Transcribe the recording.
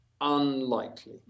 Unlikely